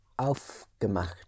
aufgemacht